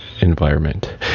environment